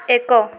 ଏକ